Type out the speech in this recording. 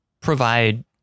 provide